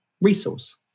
resource